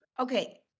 Okay